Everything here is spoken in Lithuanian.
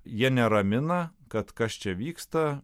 jie neramina kad kas čia vyksta